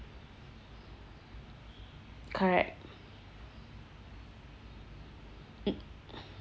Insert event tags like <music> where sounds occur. correct <noise>